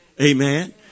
Amen